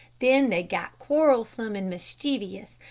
then they got quarrelsome and mischievous,